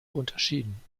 unterschieden